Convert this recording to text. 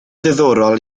diddorol